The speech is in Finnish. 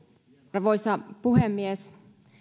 arvoisa puhemies